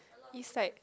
is like